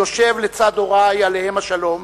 יושב לצד הורי, עליהם השלום,